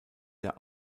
der